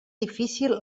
difícil